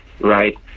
right